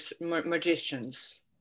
magicians